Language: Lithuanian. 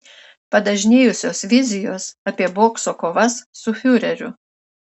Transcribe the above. padažnėjusios vizijos apie bokso kovas su fiureriu